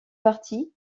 partie